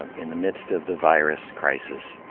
in the midst of the virus crisis,